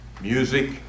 music